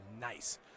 nice